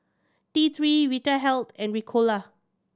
T Three Vitahealth and Ricola